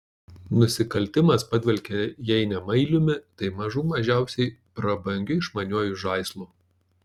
nusikaltimas padvelkė jei ne mailiumi tai mažų mažiausiai prabangiu išmaniuoju žaislu